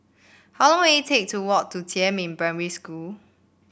how long will it take to walk to Jiemin Primary School